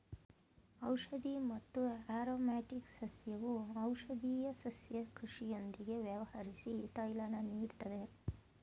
ಔಷಧಿ ಮತ್ತು ಆರೊಮ್ಯಾಟಿಕ್ ಸಸ್ಯವು ಔಷಧೀಯ ಸಸ್ಯ ಕೃಷಿಯೊಂದಿಗೆ ವ್ಯವಹರ್ಸಿ ತೈಲನ ನೀಡ್ತದೆ